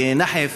בנחף,